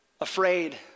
Afraid